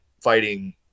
fighting